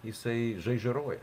jisai žaižaruoja